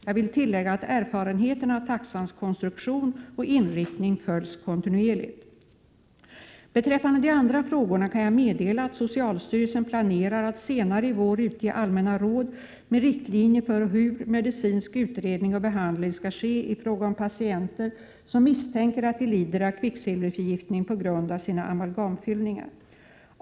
Jag vill tillägga att erfarenheterna av taxans konstruktion och inriktning följs kontinuerligt. Beträffande de andra frågorna kan jag meddela att socialstyrelsen planerar att senare i vår utge allmänna råd med riktlinjer för hur medicinsk utredning och behandling skall ske i fråga om patienter som misstänker att de lider av kvicksilverförgiftning på grund av sina amalgamfyllningar.